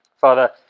Father